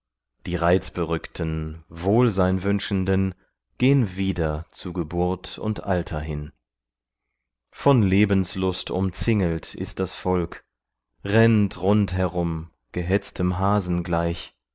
die reizberückten wohlsein wünschenden gehn wieder zu geburt und alter hin von lebenslust umzingelt ist das volk rennt rund herum gehetztem hasen gleich